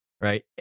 right